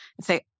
say